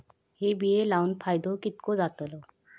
हे बिये लाऊन फायदो कितको जातलो?